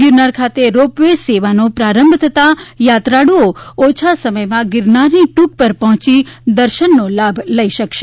ગિરનારખાતે ropeway સેવાનો પ્રારંભ થતા યાત્રાળુઓ ઓછા સમયમાં ગિરનારની ટ્રંક પર પહોંચી દર્શનનો લાભ લઇ શકશે